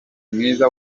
mwiza